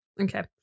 Okay